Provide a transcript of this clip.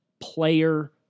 player